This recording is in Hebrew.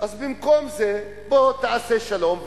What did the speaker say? במקום זה בוא, תעשה שלום.